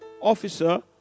officer